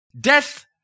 death